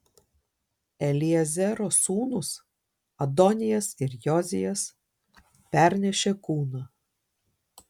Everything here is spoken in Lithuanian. eliezero sūnūs adonijas ir jozijas pernešė kūną